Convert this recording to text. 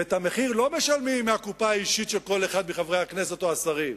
ואת המחיר לא משלמים מהקופה האישית של כל אחד מחברי הכנסת או השרים.